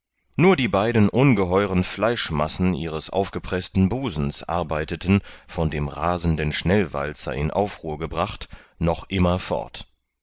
nur die beiden ungeheuern fleischmassen ihres aufgepreßten busens arbeiteten von dem rasenden schnellwalzer in aufruhr gebracht noch immer fort